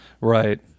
Right